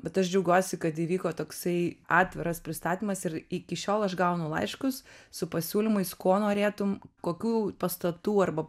bet aš džiaugiuosi kad įvyko toksai atviras pristatymas ir iki šiol aš gaunu laiškus su pasiūlymais kuo norėtum kokių pastatų arba